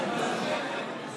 משתתף בהצבעה יואב בן צור,